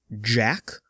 jack